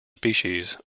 species